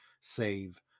save